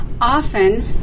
often